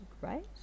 right